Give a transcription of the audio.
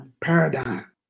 paradigm